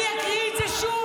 אני אקריא את זה שוב,